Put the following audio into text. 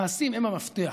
המעשים הם המפתח: